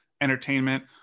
entertainment